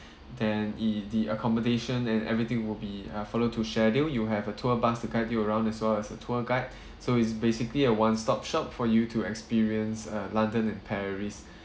then e~ the accommodation and everything will be uh follow to schedule you have a tour bus to guide you around as well as a tour guide so it's basically a one stop shop for you to experience uh london and paris